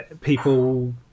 people